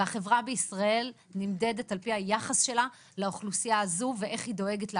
והחברה בישראל נמדדת על פי היחס שלה לאוכלוסייה הזו ואיך היא דואגת לה.